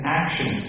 action